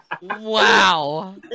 Wow